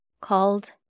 called